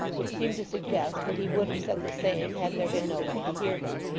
which seemed to suggest that he would have said the same had there been nobody to hear him.